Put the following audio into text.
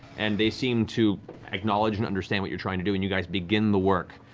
and they seem to acknowledge and understand what you're trying to do, and you guys begin the work.